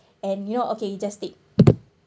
and you know okay you just take